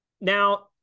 Now